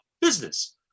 business